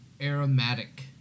aromatic